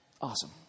Awesome